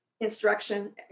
instruction